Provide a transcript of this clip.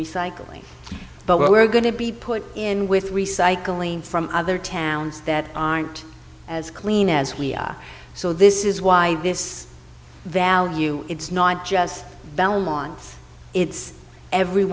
recycling but we're going to be put in with recycling from other towns that aren't as clean as we are so this is why this value it's not just belmont it's every